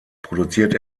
produziert